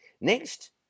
Next